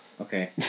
Okay